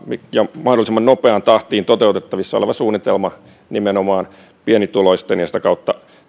ja on mahdollisimman nopeaan tahtiin toteutettavissa oleva suunnitelma nimenomaan pienituloisten ja sitä kautta